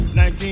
19